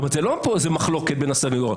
זה לא פה איזה מחלוקת בין הסניגוריה.